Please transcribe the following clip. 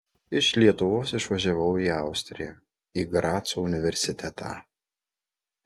iš lietuvos išvažiavau į austriją į graco universitetą